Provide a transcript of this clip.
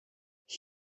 ich